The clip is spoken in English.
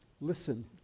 Listen